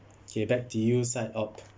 okay back to you side op